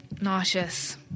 Nauseous